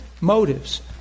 Motives